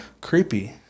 creepy